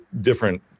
different